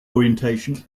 orientation